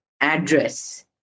address